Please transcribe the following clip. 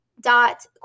dot